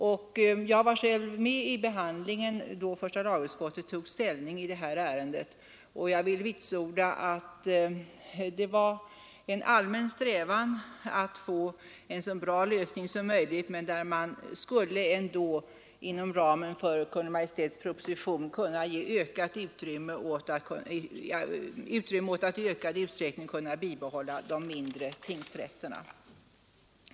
När första lagutskottet tog ställning i det här ärendet, deltog jag själv i handläggningen, och jag vill vitsorda att det fanns en allmän strävan att få till stånd en så bra lösning som möjligt; man borde inom ramen för Kungl. Maj:ts proposition kunna ge utrymme åt att i ökad utsträckning bibehålla de mindre tingsrätterna.